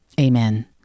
Amen